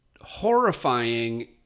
horrifying